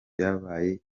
byabaye